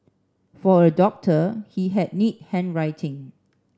for a doctor he had neat handwriting